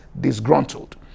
disgruntled